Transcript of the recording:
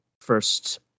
first